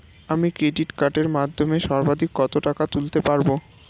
আমি ক্রেডিট কার্ডের মাধ্যমে সর্বাধিক কত টাকা তুলতে পারব?